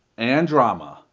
and drama.